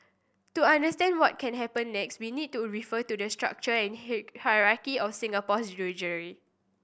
to understand what can happen next we need to refer to the structure hierarchy of Singapore's judiciary